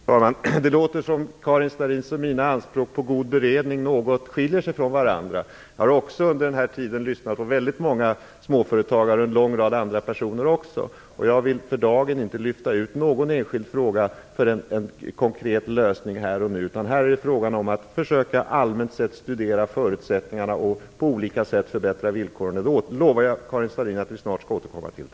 Fru talman! Det låter som om Karin Starrins och mina anspråk på god beredning något skiljer sig från varandra. Jag har också under den senaste tiden lyssnat på väldigt många småföretagare och även på en lång rad andra personer. Men jag vill inte för dagen lyfta ut någon enskild fråga för en konkret lösning här och nu. Nu är det fråga om att allmänt sett studera förutsättningarna och på olika sätt förbättra villkoren. Jag lovar Karin Starrin att vi snart skall återkomma till det.